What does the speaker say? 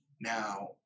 Now